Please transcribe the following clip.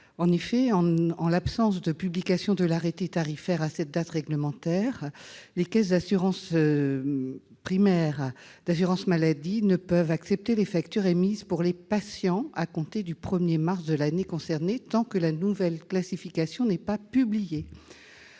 En effet, l'absence de publication de l'arrêté tarifaire à cette date règlementaire empêche les caisses primaires d'assurance maladie d'accepter les factures émises pour les patients à compter du 1 mars de l'année concernée, tant que la nouvelle classification n'est pas publiée.